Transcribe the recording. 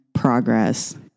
progress